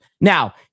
Now